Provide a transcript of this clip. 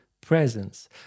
presence